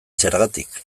zergatik